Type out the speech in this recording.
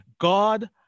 God